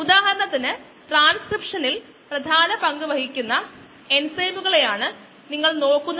ഗണിതശാസ്ത്രപരമായി ഇത് എങ്ങനെ സംഭവിക്കുമെന്ന് നോക്കാം